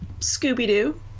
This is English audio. Scooby-Doo